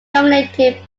nominated